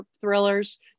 thrillers